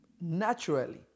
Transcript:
naturally